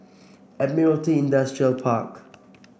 Admiralty Industrial Park